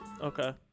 Okay